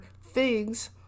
figs